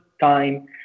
time